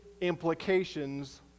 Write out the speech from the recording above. implications